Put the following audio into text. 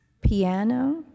piano